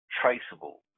traceable